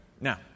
Now